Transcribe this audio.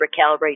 Recalibrate